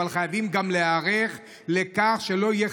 חייבים גם להיערך לכך שלא יהיו,